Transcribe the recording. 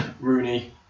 Rooney